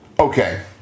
Okay